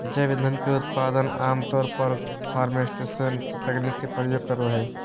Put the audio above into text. जैव ईंधन के उत्पादन आम तौर पर फ़र्मेंटेशन तकनीक के प्रयोग करो हइ